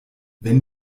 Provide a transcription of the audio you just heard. wenn